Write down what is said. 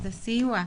כתובת לסיוע,